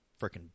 freaking